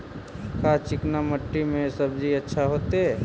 का चिकना मट्टी में सब्जी अच्छा होतै?